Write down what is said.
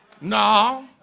No